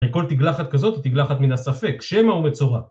כל תגלחת כזאת היא תגלחת מן הספק, שמא הוא מצורע.